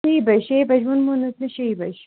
شیٚیہِ بَجہِ شیٚیہِ بَجہِ ونمو نہ مےٚ شیٚیہِ بَجہِ